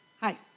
Hi